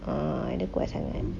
ah dia kuat sangat